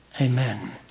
Amen